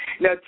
Now